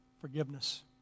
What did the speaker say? forgiveness